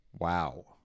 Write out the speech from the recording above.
Wow